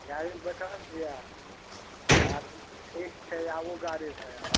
गाड़ीमे बैठल छियै हाँ ठीक छै आबू गाड़ीसँ अहाँ